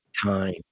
time